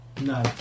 no